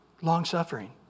long-suffering